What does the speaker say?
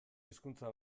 hizkuntza